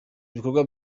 ibikorwa